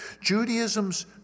Judaism's